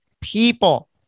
people